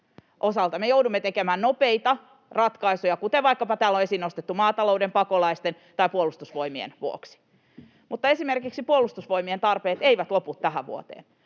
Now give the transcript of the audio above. osalta me joudumme tekemään nopeita ratkaisuja, kuten vaikkapa täällä esiin nostettujen maatalouden, pakolaisten tai Puolustusvoimien vuoksi. Mutta esimerkiksi Puolustusvoimien tarpeet eivät lopu tähän vuoteen,